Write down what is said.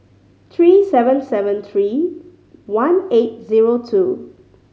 three seven seven three one eight zero two